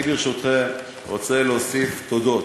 אני, ברשותכם, רוצה להוסיף תודות.